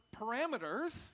parameters